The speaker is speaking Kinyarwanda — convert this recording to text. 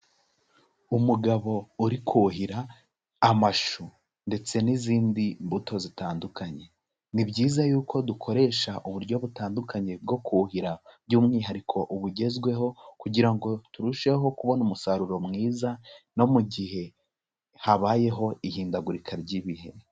Umugabo uri kuhira amashu ndetse n'izindi mbuto zitandukanye. Ni byiza yuko dukoresha uburyo butandukanye bwo kuhira by'umwihariko bugezweho kugira ngo turusheho kubona umusaruro mwiza no mu gihe habayeho ihindagurika ry'ibihe.